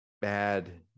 bad